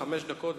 חמש דקות,